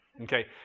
okay